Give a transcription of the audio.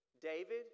David